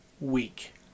week